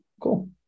cool